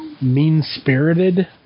mean-spirited